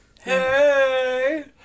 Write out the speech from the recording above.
Hey